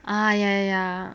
ah ya ya